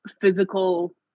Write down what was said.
physical